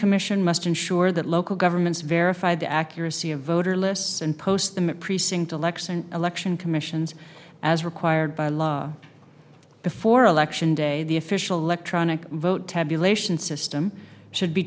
commission must ensure that local governments verify the accuracy of voter lists and post them at precinct election election commissions as required by law before election day the official electronic vote tabulation system should be